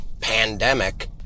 pandemic